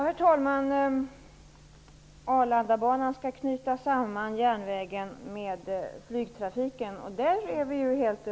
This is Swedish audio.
Herr talman! Vi är helt överens om att Arlandabanan skall knyta samman järnvägen med flygtrafiken.